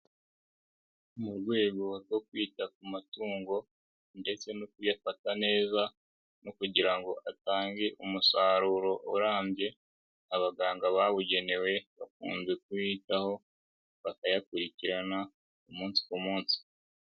Mu rwego rwo kwita ku matungo ndetse no kuyafata neza no kugira ngo atange umusaruro urambye abaganga babugenewe bakunze kuyitaho bakayakurikirana umunsi ku munsi.